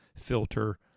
filter